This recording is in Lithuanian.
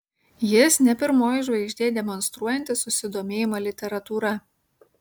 jis ne pirmoji žvaigždė demonstruojanti susidomėjimą literatūra